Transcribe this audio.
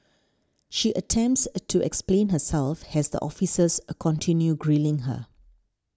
she attempts a to explain herself has the officers continue grilling her